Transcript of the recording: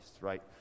right